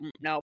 no